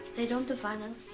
they don't define us.